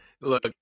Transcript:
Look